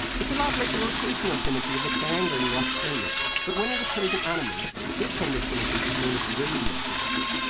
it's a lot like the rotational symmetry of the triangle we watched earlier. but when it occurs in animals, this kind of symmetry is known as radial symmetry.